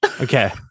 Okay